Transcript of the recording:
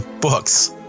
books